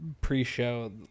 pre-show